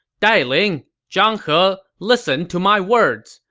dai ling, zhang he, listened to my words.